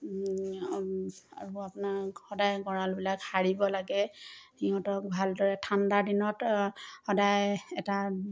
আৰু আপোনাক সদায় গঁড়ালবিলাক সাৰিব লাগে সিহঁতক ভালদৰে ঠাণ্ডাৰ দিনত সদায় এটা